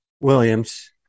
williams